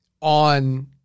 on